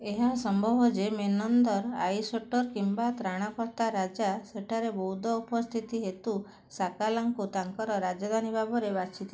ଏହା ସମ୍ଭବ ଯେ ମେନନ୍ଦର ଆଇସୋଟର କିମ୍ବା ତ୍ରାଣକର୍ତ୍ତା ରାଜା ସେଠାରେ ବୌଦ୍ଧ ଉପସ୍ଥିତି ହେତୁ ସାକାଲାଙ୍କୁ ତାଙ୍କର ରାଜଧାନୀ ଭାବରେ ବାଛିଥିଲେ